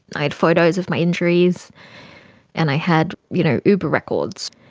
i had photos of my injuries and i had you know uber records.